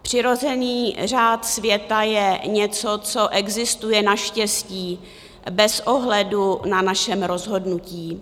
Přirozený řád světa je něco, co existuje naštěstí bez ohledu na našem rozhodnutí.